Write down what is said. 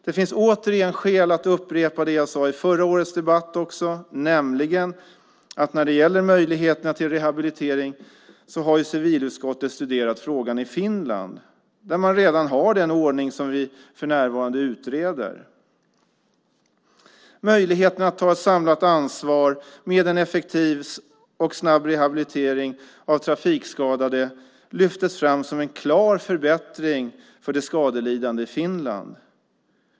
Det finns återigen skäl att upprepa det jag sade i förra årets debatt: När det gäller frågan om möjligheter till rehabilitering har civilutskottet studerat förhållandena i Finland, där man redan har den ordning som vi för närvarande utreder. Möjligheten att ha ett samlat ansvar med en effektiv och snabb rehabilitering av trafikskadade lyftes fram som en klar förbättring för de skadelidande i Finland.